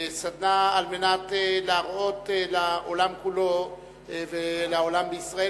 על מנת להראות לעולם כולו ולחברה בישראל